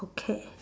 okay